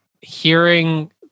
hearing